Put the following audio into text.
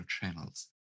channels